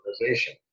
organization